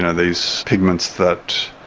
and these pigments that,